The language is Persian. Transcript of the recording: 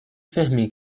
فهمی